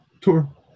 tour